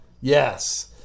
Yes